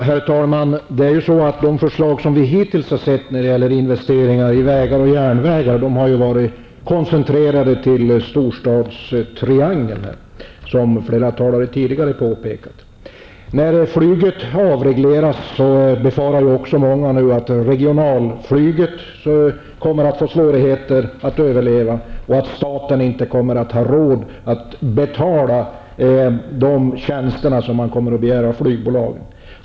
Herr talman! De förslag som vi hittills sett när det gäller investeringar i vägar och järnvägar har ju varit koncentrerade till storstadstriangeln, som flera talare har påpekat. När flyget nu avregleras befarar många att regionalflyget kommer att få svårigheter att överleva och att staten inte kommer att ha råd att betala de tjänster som man kommer att begära av flygbolagen.